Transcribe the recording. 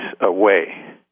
away